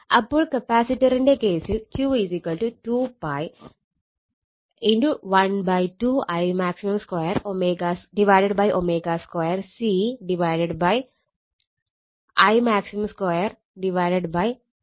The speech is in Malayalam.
അപ്പോൾ കപ്പാസിറ്ററിന്റെ കേസിൽQ 2 𝜋 12 Imax2ω2 C Imax2 2×R×1f